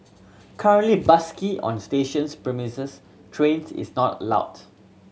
currently busking on stations premises trains is not allowed